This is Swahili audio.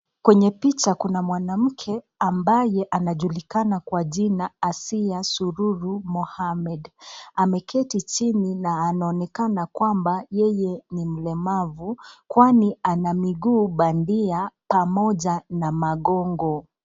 Kwenye picha kuna mwanamke ambaye anajulikana kwa jina Asiya Sururu Mohammed. Ameketi chini na anaonekana kwamba yeye ni mlemavu, kwani ana miguu bandia pamoja na magogo.